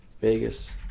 Vegas